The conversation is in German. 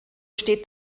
steht